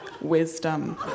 Wisdom